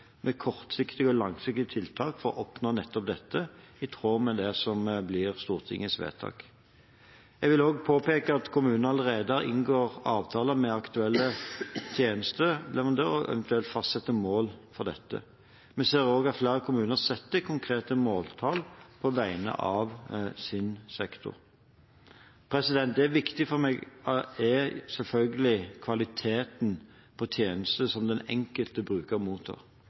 med kortsiktige og langsiktige tiltak for å oppnå nettopp dette, i tråd med det som blir Stortingets vedtak. Jeg vil også påpeke at kommunene allerede har inngått avtaler med aktuelle tjenesteleverandører og kan eventuelt fastsette mål for dette. Vi ser også at flere kommuner setter konkrete måltall på vegne av sin sektor. Det viktige for meg er selvfølgelig kvaliteten på tjenester som den enkelte bruker mottar.